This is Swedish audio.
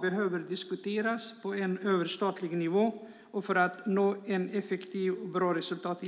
behöver diskuteras på överstatlig nivå - detta för att i närtid uppnå effektivitet och bra resultat.